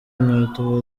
inkweto